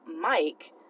Mike